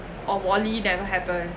or wall-e never happens